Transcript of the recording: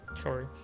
Sorry